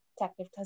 Detective